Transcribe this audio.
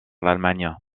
l’allemagne